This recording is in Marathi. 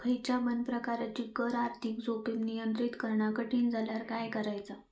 खयच्या पण प्रकारची कर आर्थिक जोखीम नियंत्रित करणा कठीण झाल्यावर काय करायचा?